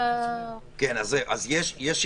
בעיסוק ועוד מגוון דברים, אז גם אם הוא נעשה